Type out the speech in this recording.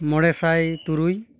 ᱢᱚᱬᱮᱥᱟᱭ ᱛᱩᱨᱩᱭ